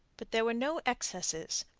but there were no excesses.